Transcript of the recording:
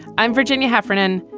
i'm virginia heffernan.